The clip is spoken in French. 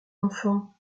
enfant